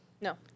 No